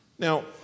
Now